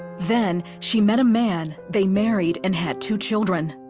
then she met a man, they married, and had two children.